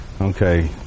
Okay